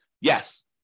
Yes